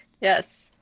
Yes